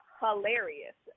hilarious